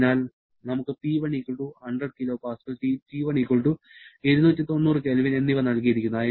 അതിനാൽ നമുക്ക് P1 100 kPaT1 290 K എന്നിവ നൽകിയിരിക്കുന്നു